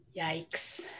Yikes